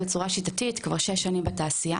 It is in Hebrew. בצורה שיטתית, כבר שש שנים בתעשייה.